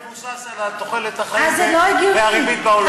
הוא מבוסס על תוחלת החיים והריבית בעולם.